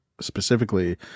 specifically